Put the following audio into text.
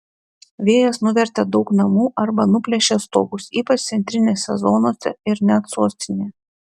vėjas nuvertė daug namų arba nuplėšė stogus ypač centinėse zonose ir net sostinėje